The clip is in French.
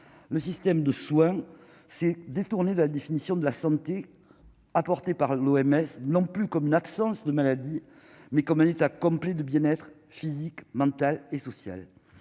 le système de soins s'est détourné de la définition de la santé, porté par l'OMS, non plus comme une absence de maladie, mais comme un état complet de bien-être physique, mental et social,